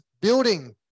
building